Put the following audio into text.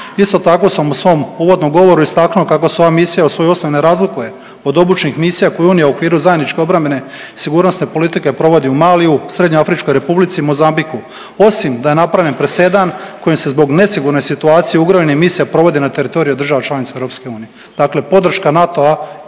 Isto tako sam u svom uvodnom govoru istaknuo kako se ova misija u svojoj osnovi ne razlikuje od obučnih misija koju Unija u okviru zajedničke obrambene sigurnosne politike provodi u Maliju, Srednjoafričkoj republici, Mozambiku. Osim da je napravljen presedan kojim se zbog nesigurne situacije u …/Govornik se ne razumije./… misija provode na teritoriju država članica EU. Dakle,